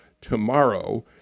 tomorrow